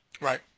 Right